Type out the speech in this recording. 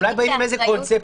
אולי באים עם קונספט,